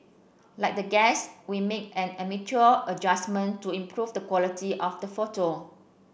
like the guests we made an amateur adjustment to improve the quality of the photo